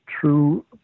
true